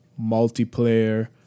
multiplayer